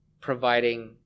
providing